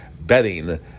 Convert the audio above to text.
betting